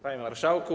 Panie Marszałku!